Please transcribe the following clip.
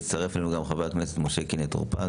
והצטרף אלינו גם חבר הכנסת משה קינלי טור פז,